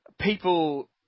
people